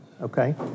Okay